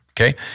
Okay